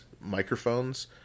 microphones